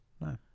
No